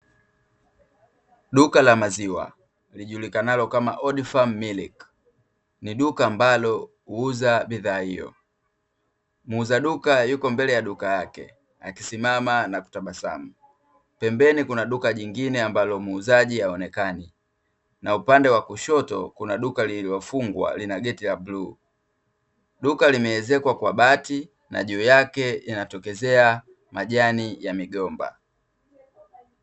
Duka la maziwa lijulikanalo kama; Old Farm Milk ni duka ambalo huuza bidhaa hiyo. Muuza duka yuko mbele ya duka yake akisimama na kutabasamu. Pembeni kuna duka jingine ambalo muuzaji haonekani, na upande wa kushoto kuna duka lililofungwa lina geti la bluu. Duka limeezekwa kwa bati na juu yake yanatokezea majani ya migomba.